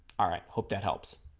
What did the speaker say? all right hope that helps